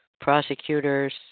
prosecutors